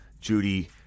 Judy